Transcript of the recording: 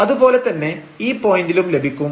അതുപോലെതന്നെ ഈ പോയന്റിലും ലഭിക്കും